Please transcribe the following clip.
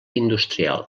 industrial